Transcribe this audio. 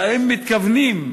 והאם אתם מתכוונים,